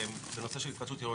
בנושא של התחדשות עירונית,